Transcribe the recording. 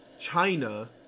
China